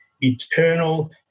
eternal